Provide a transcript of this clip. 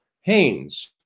Haynes